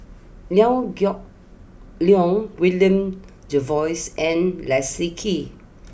Liew Geok Leong William Jervois and Leslie Kee